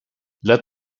let